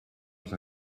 els